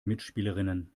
mitspielerinnen